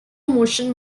motion